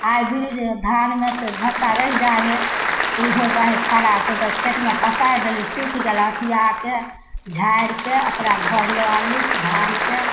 आइ बुझू जे धानमे से झट्टा रहि जाइ हइ ओ हो जाइ हइ खराब से तऽ खेतमे पसारि देली सुखि गेल अँटिआके झाड़िके ओकरा घर लऽ आनली धानके